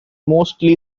mostly